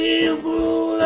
evil